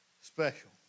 special